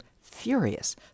furious